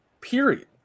period